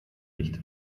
nicht